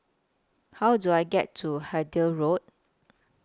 How Do I get to Hythe Road